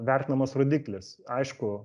vertinamas rodiklis aišku